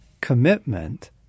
commitment